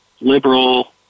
liberal